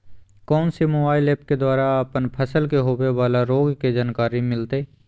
कौन सी mobile app के द्वारा अपन फसल के होबे बाला रोग के जानकारी मिलताय?